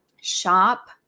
shop